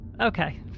Okay